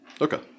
okay